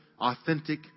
authentic